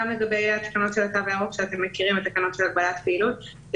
לגבי התקנות של התו הירוק שאתם מכירים בתקנות של הגבלת פעילות.